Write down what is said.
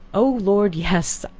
oh! lord! yes,